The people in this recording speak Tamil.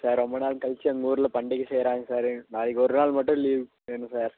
சார் ரொம்ப நாள் கழித்து எங்கள் ஊரில் பண்டிகை செய்கிறாங்க சாரு எங்கள் நாளைக்கு ஒரு நாள் மட்டும் லீவ் வேணும் சார்